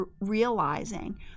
realizing